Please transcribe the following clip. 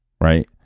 right